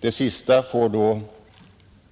Det sistnämnda får